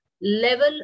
level